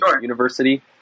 University